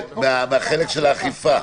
כן, מהחלק של האכיפה,